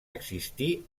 existir